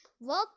work